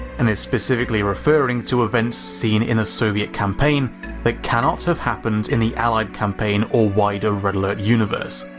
and is specifically referring to events seen in the soviet campaign that cannot have happened in the allied campaign or wider red alert universe,